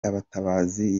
abatabazi